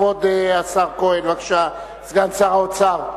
כבוד השר כהן, בבקשה, סגן שר האוצר.